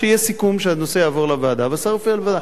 שיהיה סיכום שהנושא יעבור לוועדה והשר יופיע בוועדה.